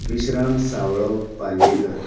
Vishram Savlo Palyekar